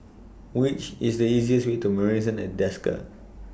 Which IS The easiest Way to Marrison At Desker